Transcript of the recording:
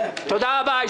תודה רבה.